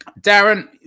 Darren